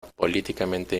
políticamente